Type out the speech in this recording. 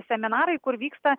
seminarai kur vyksta